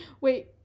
Wait